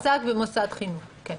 כל מי שמועסק במוסד חינוך, כן.